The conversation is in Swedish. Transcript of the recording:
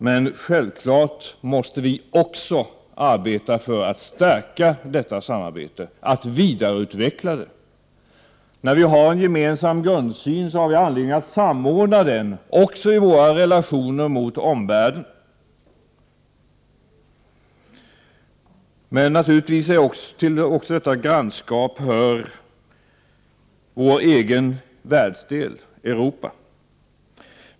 Men självfallet måste vi arbeta för att stärka detta samarbete, att vidareutveckla det. Och när vi har en gemensam grundsyn, har vi anledning att samordna den också i våra relationer mot omvärlden. Till detta grannskap hör naturligtvis vår egen världsdel, Europa.